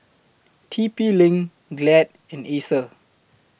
T P LINK Glad and Acer